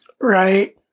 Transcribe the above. Right